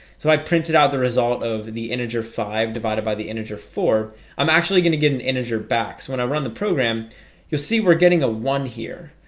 so i printed out the result of the integer five divided by the integer four i'm actually gonna get an integer back so when i run the program you'll see we're getting a one here,